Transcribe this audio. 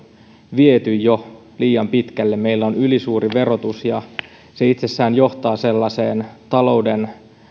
viety jo liian pitkälle meillä on ylisuuri verotus ja se itsessään johtaa sellaiseen talouden